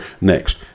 next